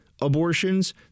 abortions